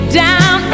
down